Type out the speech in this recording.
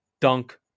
Dunk